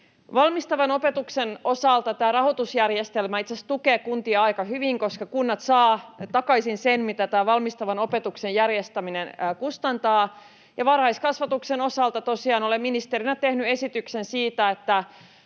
Valmistavan opetuksen osalta tämä rahoitusjärjestelmä itse asiassa tukee kuntia aika hyvin, koska kunnat saavat takaisin sen, mitä tämä valmistavan opetuksen järjestäminen kustantaa. Ja varhaiskasvatuksen osalta tosiaan olen ministerinä tehnyt esityksen siitä, että